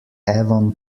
avon